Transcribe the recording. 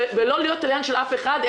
ולא להיות תליין של אף אחד,